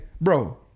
bro